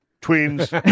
twins